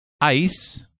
Ice